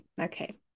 Okay